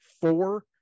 four